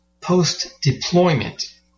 post-deployment